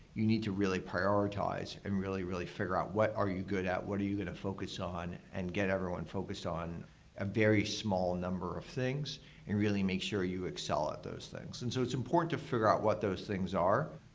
you need to really prioritize and really, really figure out what are you good at, what are you going to focus on, and get everyone focused on a very small number of things and really make sure you excel at those things. and so it's important to figure out what those things are.